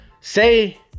Say